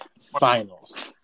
Finals